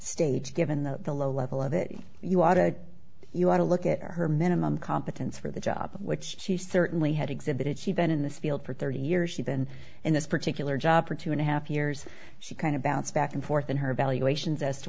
stage given the low level of it you ought to you want to look at her minimum competence for the job which she certainly had exhibited she'd been in this field for thirty years she's been in this particular job for two and a half years she kind of bounced back and forth in her valuations as to